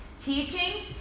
Teaching